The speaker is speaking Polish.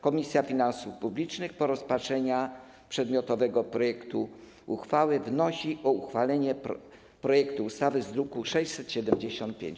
Komisja Finansów Publicznych po rozpatrzeniu przedmiotowego projektu uchwały wnosi o uchwalenie projektu ustawy z druku nr 675.